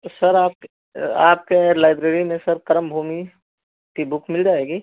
तो सर आपके आपके लाइब्रेरी में सर करमभूमि की बुक मिल जाएगी